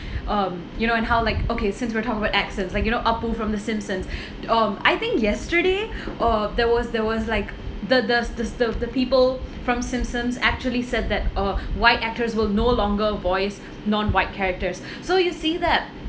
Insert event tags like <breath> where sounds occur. um you know and how like okay since we're talking about accents like you know apu from the simpsons <breath> um I think yesterday <breath> uh there was there was like the the the stuff the people from simpsons actually said that uh white actors will no longer voice non white characters <breath> so you see that